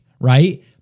right